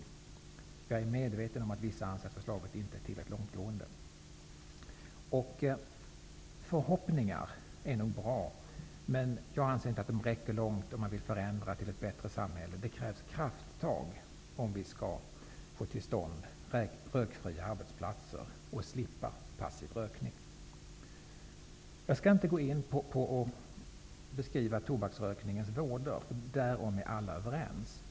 Jag är medveten om att vissa anser att förslaget inte är tillräckligt långtgående.'' Förhoppningar är nog bra, men jag anser att de inte räcker långt om man vill förändra till ett bättre samhälle. Det krävs krafttag om vi skall få till stånd rökfria arbetsplatser och slippa passiv rökning. Jag skall inte beskriva tobaksrökningens vådor. Om dessa är alla överens.